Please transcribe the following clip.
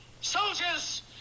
Soldiers